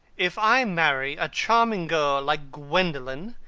if i marry a charming girl like gwendolen,